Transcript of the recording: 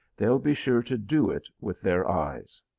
they ll be sure to do it with their eyes!